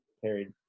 carried